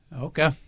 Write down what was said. Okay